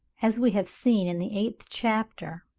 as we have seen in the eighth chapter,